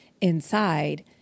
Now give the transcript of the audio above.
inside